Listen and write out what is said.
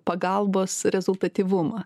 pagalbos rezultatyvumą